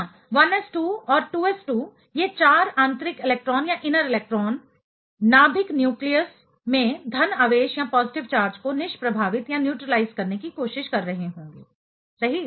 हाँ 1s2 और 2s2 ये 4 आंतरिक इलेक्ट्रॉनइनर इलेक्ट्रॉन नाभिक न्यूक्लियस में धन आवेश को निष्प्रभावित करने की कोशिश कर रहे होंगे सही